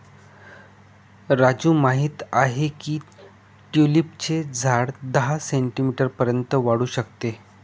राजू माहित आहे की ट्यूलिपचे झाड दहा सेंटीमीटर पर्यंत वाढू शकते